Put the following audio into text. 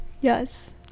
Yes